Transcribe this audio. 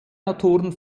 autoren